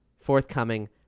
forthcoming